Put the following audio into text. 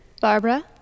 Barbara